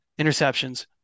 interceptions